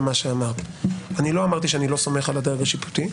אני לא אמרתי שאני לא סומך על הדרג השיפוטי.